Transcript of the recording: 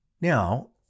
Now